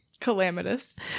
calamitous